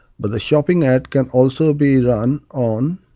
but the shopping ad can also be run on